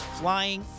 flying